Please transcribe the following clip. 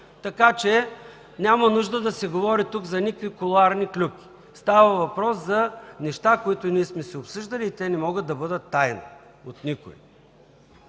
комисия. Няма нужда да се говори тук за никакви кулоарни клюки. Става въпрос за неща, които сме обсъждали, и те не могат да бъдат тайна от никого.